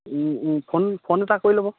phone phone এটা কৰি ল'ব